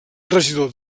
regidor